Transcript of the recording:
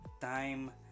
time